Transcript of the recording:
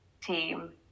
team